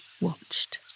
watched